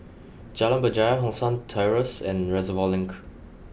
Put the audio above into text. Jalan Berjaya Hong San Terrace and Reservoir Link